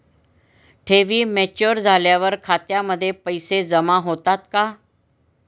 ठेवी मॅच्युअर झाल्यावर खात्यामध्ये पैसे जमा होतात का?